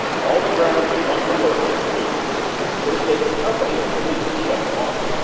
all the grounds you want to lurk in, too it'd take a company of police to shut them off.